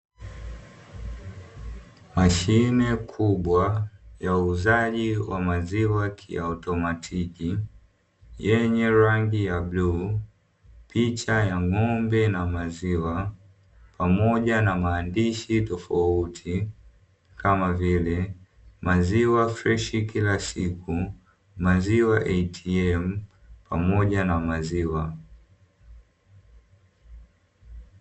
Mashine kubwa ya uuzaji wa maziwa kiautomatiki, yenye rangi ya bluu, picha ya ng' ombe na maziwa pamoja na maandishi tofauti, kama vile; maziwa freshi kila siku, maziwa (ATM) pamoja na maziwa.